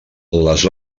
les